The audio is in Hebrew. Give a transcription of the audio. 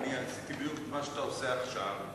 ועשיתי אז בדיוק מה שאתה עושה עכשיו,